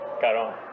Caron